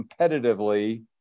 competitively